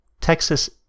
texas